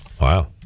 Wow